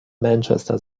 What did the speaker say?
manchester